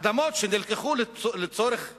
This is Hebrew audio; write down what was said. אדמות שנלקחו לצורך מסוים,